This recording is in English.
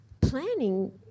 planning